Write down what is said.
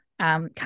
come